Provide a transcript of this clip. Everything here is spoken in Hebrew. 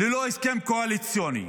ללא הסכם קואליציוני,